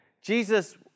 Jesus